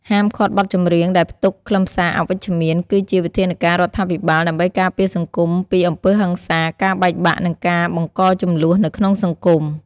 ហាមឃាត់បទចម្រៀងដែលផ្ទុកខ្លឹមសារអវិជ្ជមាន គឺជាវិធានការរដ្ឋាភិបាល ដើម្បីការពារសង្គមពីអំពើហិង្សា ការបែកបាក់ និងការបង្កជម្លោះនៅក្នុងសង្គម។